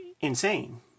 insane